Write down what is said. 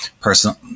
personal